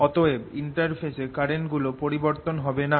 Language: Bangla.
অতএব ইন্টারফেস এ কারেন্ট গুলো পরিবর্তন হবে না